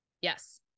Yes